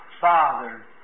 father